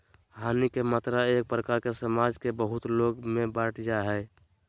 हानि के मात्रा एक प्रकार से समाज के बहुत लोग में बंट जा हइ